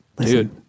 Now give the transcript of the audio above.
Dude